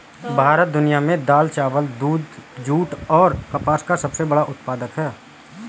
भारत दुनिया में दाल, चावल, दूध, जूट और कपास का सबसे बड़ा उत्पादक है